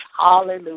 Hallelujah